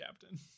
captain